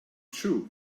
true